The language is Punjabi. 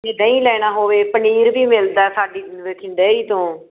ਜੇ ਦਹੀਂ ਲੈਣਾ ਹੋਵੇ ਪਨੀਰ ਵੀ ਮਿਲਦਾ ਸਾਡੀ ਵਿੱਚ ਡੈਰੀ ਤੋਂ